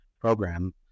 program